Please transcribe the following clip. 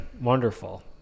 wonderful